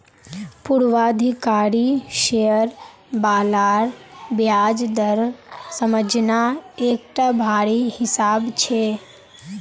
पूर्वाधिकारी शेयर बालार ब्याज दर समझना एकटा भारी हिसाब छै